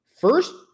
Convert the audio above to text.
First